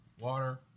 Water